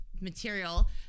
material